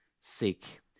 sick